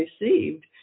received